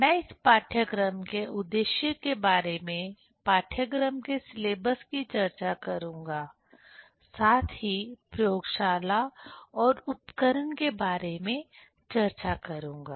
मैं इस पाठ्यक्रम के उद्देश्य के बारे में पाठ्यक्रम के सिलेबस की चर्चा करूंगा साथ ही प्रयोगशाला और उपकरण के बारे में चर्चा करूंगा